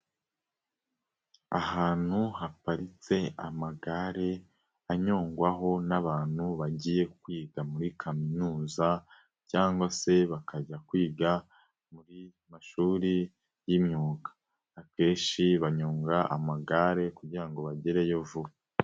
Ahantu haparitse amagare anyungwaho n'abantu bagiye kwiga muri kaminuza cyangwa se bakajya kwiga mu mashuri y'imyuga, akenshi banyonga amagare kugira ngo bagereyo vuba.